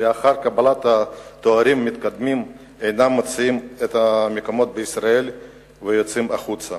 שלאחר קבלת תארים מתקדמים אינם מוצאים את מקומם בישראל ויוצאים החוצה